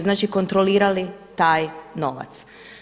Znači, kontrolirali taj novac.